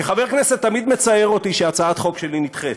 כחבר כנסת תמיד מצער אותי שהצעת חוק שלי נדחית,